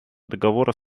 договора